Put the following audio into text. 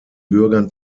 bürgern